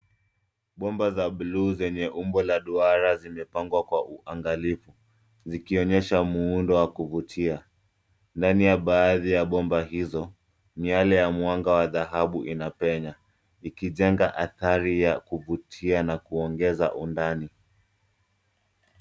Bomba za buluu zenye umbo la duara zimepangwa kwa uangalifu zikionyesha muundo wa kuvutia ndani ya baadhi ya bomba hizo miale ya mwanga wa dhahabu inapenye ikijenga adhari ya kuvutia na kuongeza undani.